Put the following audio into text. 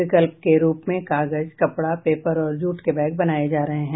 विकल्प के रूप में कागज कपड़ा पेपर और जूट के बैग बनाये जा रहे हैं